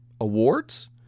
awards